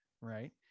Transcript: right